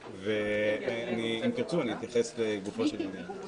אם תרצו, אני אתייחס לגופו של עניין.